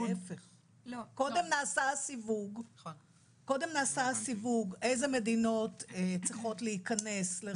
קודם נעשה הסיווג איזה מדינות צריכות להיכנס לרשימה.